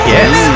Yes